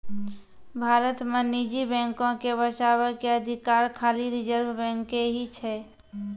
भारत मे निजी बैको के बचाबै के अधिकार खाली रिजर्व बैंक के ही छै